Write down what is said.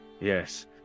Yes